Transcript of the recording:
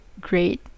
great